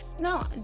No